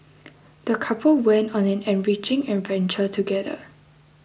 the couple went on an enriching adventure together